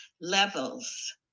levels